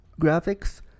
graphics